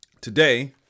today